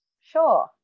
sure